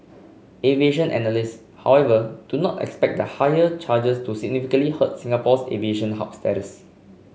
aviation analysts however do not expect the higher charges to significantly hurt Singapore's aviation hub status